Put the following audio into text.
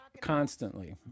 Constantly